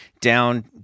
down